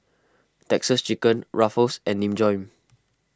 Texas Chicken Ruffles and Nin Jiom